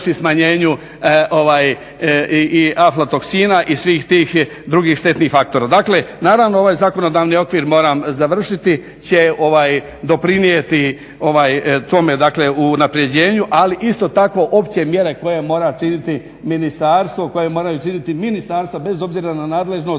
smanjenju i aflatoksina i svih tih drugih štetnih faktora. Dakle, naravno ovaj zakonodavni okvir moram završiti će doprinijeti tome dakle unapređenju, ali isto tako opće mjere koje mora činiti ministarstvo, koje moraju činiti ministarstva bez obzira na nadležnost